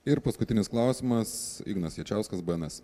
ir paskutinis klausimas ignas jačiauskas bns